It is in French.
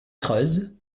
creuses